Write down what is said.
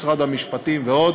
משרד המשפטים ועוד.